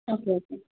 okay okay